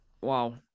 Wow